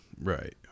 Right